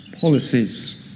policies